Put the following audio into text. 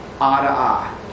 eye-to-eye